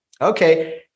okay